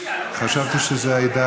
חשבתי שזה היה,